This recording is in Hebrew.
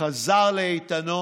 חזר לאיתנו.